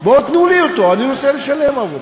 בואו תנו לי אותו, אני רוצה לשלם עבורו.